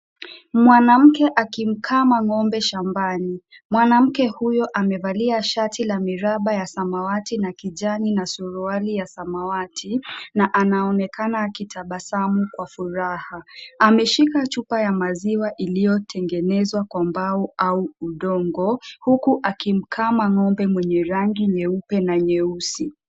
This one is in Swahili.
Mwanamke akikama ng'ombe shambani. Mwanamke huyo amevalia shati ya miramba ya samawati na kijani na suruali ya samawati na anaonekana akitabasamu kwa furaha. Ameshika chupa ya maziwa iliyo tengenezwa kwa mbao au udongo huku akikama ng'ombe mwenye rangi nyeupe na nyeusi.